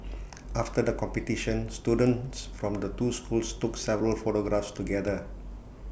after the competition students from the two schools took several photographs together